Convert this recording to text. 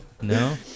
No